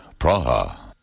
Praha